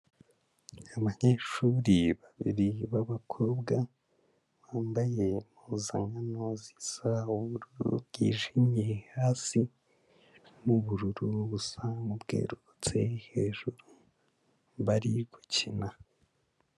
Abanyeshuri babiri b'abakobwa, bambaye impuzankano zisa ubururu bwijimye hasi n'ubururu busa nk'ubwerurutse hejuru, bari gukina.